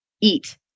Eat